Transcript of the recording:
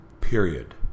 period